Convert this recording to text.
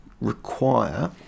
require